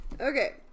Okay